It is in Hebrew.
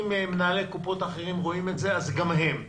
אם מנהלי קופות אחרים רואים את זה אז גם הם.